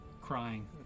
crying